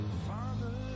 Father